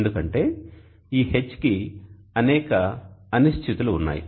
ఎందుకంటే ఈ H కి అనేక అనిశ్చితులు ఉన్నాయి